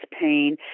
pain